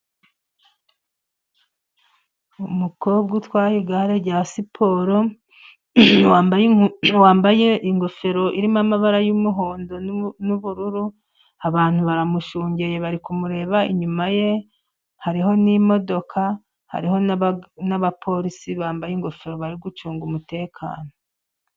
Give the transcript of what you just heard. Umukobwa utwaye igare rya siporo, wambaye ingofero irimo amabara y'umuhondo n'ubururu, abantu baramushungeye bari kumureba, inyuma ye hariho n'imodoka, hariho n'abapolisi bambaye ingofero bari gucunga umutekano.